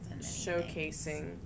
showcasing